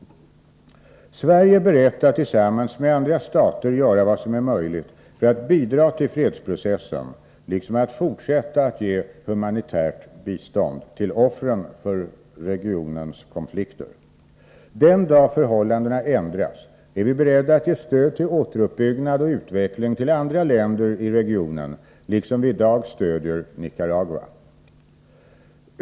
Sverige är berett att tillsammans med andra stater göra vad som är möjligt för att bidra till fredsprocessen liksom att fortsätta att ge humanitärt bistånd till offren för regionens konflikter. Den dag förhållandena ändras är vi beredda att ge stöd för återuppbyggnad och utveckling till andra länder i regionen liksom vi i dag stödjer Nicaragua.